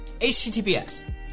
HTTPS